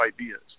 ideas